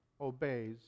obeys